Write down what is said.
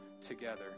together